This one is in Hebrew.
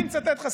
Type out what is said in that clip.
אני מצטט לך,